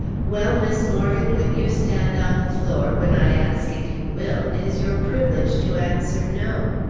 well, miss morgan, when you stand on the floor, when i ask if you will, it is your privilege to answer, no.